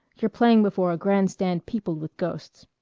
you're playing before a grand stand peopled with ghosts.